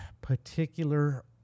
particular